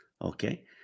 Okay